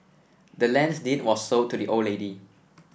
the land's deed was sold to the old lady